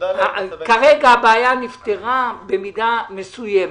כרגע הבעיה נפתרה במידה מסוימת.